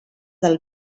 del